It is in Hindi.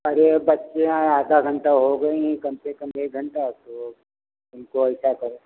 अरे बच्चे हैं आधा घंटा हो गए कम से कम एक घंटा तो इनको ऐसा करो